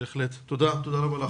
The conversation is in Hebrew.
בהחלט, תודה, תודה רבה.